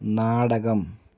നാടകം